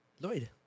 Lloyd